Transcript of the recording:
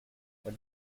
what